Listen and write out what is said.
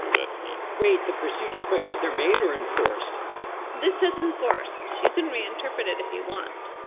that's d. wait. the procedures by which they're made are enforced this is enforced. you can reinterpret it if you want